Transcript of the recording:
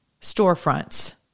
storefronts